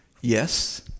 Yes